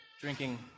drinking